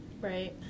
Right